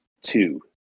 two